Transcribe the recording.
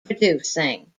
producing